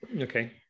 Okay